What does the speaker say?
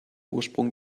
ursprung